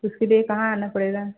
उसके लिए कहाँ आना पड़ेगा